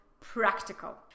practical